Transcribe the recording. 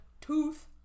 tooth